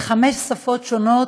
בחמש שפות שונות,